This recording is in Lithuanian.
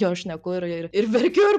jo šneku ir ir ir verkiu ir